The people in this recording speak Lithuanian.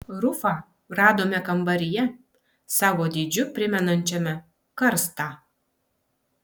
rufą radome kambaryje savo dydžiu primenančiame karstą